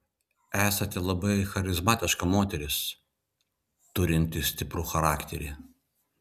esate labai charizmatiška moteris turinti stiprų charakterį